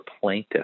plaintiff